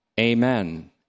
Amen